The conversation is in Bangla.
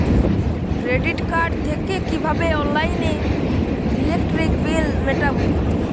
ক্রেডিট কার্ড থেকে কিভাবে অনলাইনে ইলেকট্রিক বিল মেটাবো?